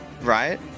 right